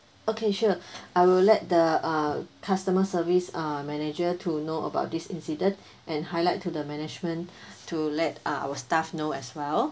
okay sure I will let the uh customer service uh manager to know about this incident and highlight to the management to let uh our staff know as well